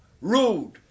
rude